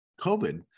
COVID